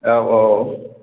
औ औ